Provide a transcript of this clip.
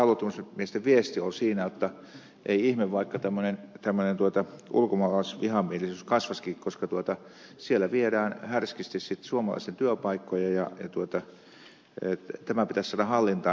näiden pääluottamusmiesten viesti oli siinä jotta ei ihme vaikka tämmöinen ulkomaalaisvihamielisyys kasvaisikin koska siellä viedään härskisti suomalaisten työpaikkoja ja tämä pitäisi saada hallintaan